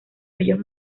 bellos